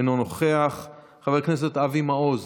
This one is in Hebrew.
אינו נוכח, חבר הכנסת אבי מעוז,